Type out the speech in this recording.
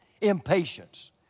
impatience